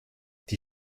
die